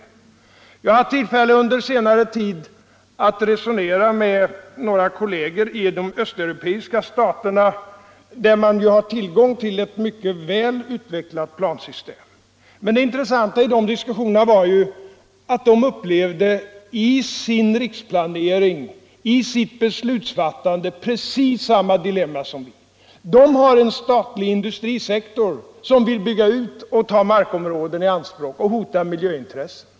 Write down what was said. Under senare tid har jag haft tillfälle att resonera med några kolleger i de östeuropeiska länderna, där man ju har tillgång till ett mycket väl utvecklat plansystem. Men det intressanta i dessa diskussioner var att de i sitt beslutsfattande upplevde precis samma dilemma som vi. De har en statlig industrisektor som vill bygga ut, ta markområden i anspråk och därmed hotar miljöintressen.